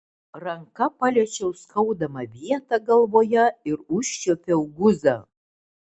ranka paliečiau skaudamą vietą galvoje ir užčiuopiau guzą